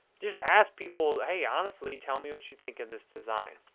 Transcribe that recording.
just ask people, hey, honestly tell me what you think of this design.